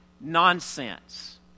nonsense